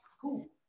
Cool